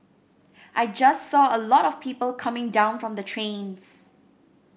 I just saw a lot of people coming down from the trains